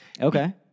Okay